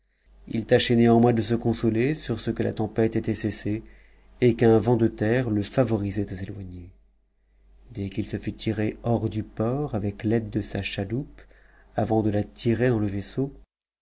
il tâchait néanmoins de se consoler sur ce que la tempête était cessée et qu'un vent de terre le favorisait à s'éloigner dès qu'il se fut tiré hors du port avec l'aide de sa chaloupe avant de la tirer daus le vaisseau